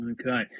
Okay